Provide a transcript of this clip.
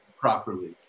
properly